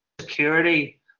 security